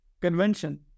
convention